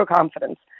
confidence